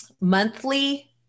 monthly